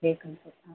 Bekal fort ആ